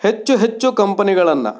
ಹೆಚ್ಚು ಹೆಚ್ಚು ಕಂಪನಿಗಳನ್ನು